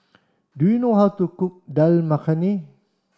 do you know how to cook Dal Makhani